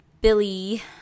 Billy